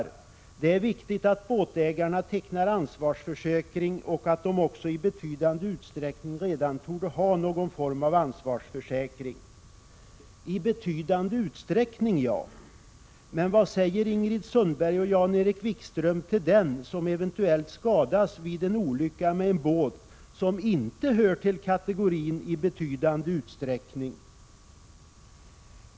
Där anförs att ”det är viktigt att båtägarna tecknar ansvarsförsäkring och att de också i betydande utsträckning redan torde ha någon form av ansvarsförsäkring”. ”I betydande utsträckning”, ja. Men vad säger Ingrid Sundberg och Jan-Erik Wikström till den som eventuellt skadas vid en olycka med en båt som inte hör till kategorin ”i betydande utsträckning”?